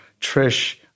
Trish